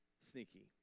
sneaky